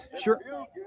Sure